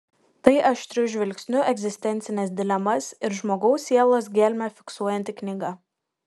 tai aštriu žvilgsniu egzistencines dilemas ir žmogaus sielos gelmę fiksuojanti knyga